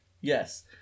Yes